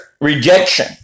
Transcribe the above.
rejection